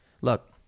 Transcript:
Look